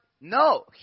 no